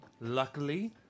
Luckily